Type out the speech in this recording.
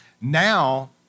Now